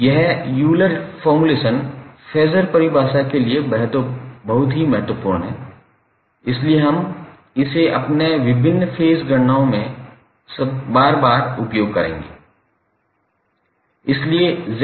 यह Euler formulation phasor परिभाषा के लिए बहुत महत्वपूर्ण है इसलिए हम इसे अपने विभिन्न फेज गणनाओं में सबसे बार बार उपयोग करेंगे